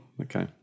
okay